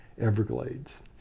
Everglades